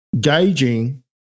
gauging